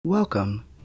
Welcome